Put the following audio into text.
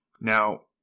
Now